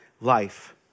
life